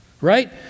right